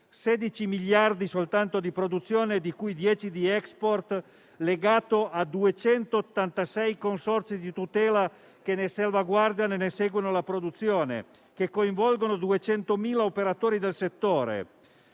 16 miliardi soltanto di produzione, di cui 10 di *export* legato a 286 consorzi di tutela che ne salvaguardano e ne seguono la produzione, che coinvolgono 200.000 operatori del settore.